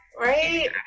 right